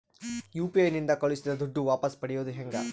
UPI ನಿಂದ ಕಳುಹಿಸಿದ ದುಡ್ಡು ವಾಪಸ್ ಪಡೆಯೋದು ಹೆಂಗ?